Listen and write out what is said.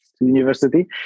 university